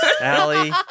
Allie